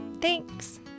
Thanks